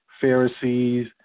Pharisees